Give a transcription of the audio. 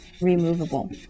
removable